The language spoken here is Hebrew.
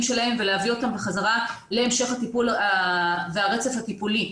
שלהם ולהביא אותם בחזרה להמשך הטיפול והרצף הטיפולי.